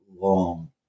long